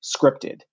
scripted